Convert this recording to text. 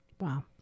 Wow